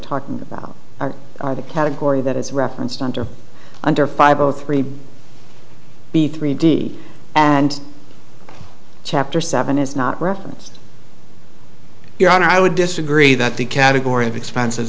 talking about are the category that is referenced under under five o three b three d and chapter seven is not referenced your honor i would disagree that the category of expenses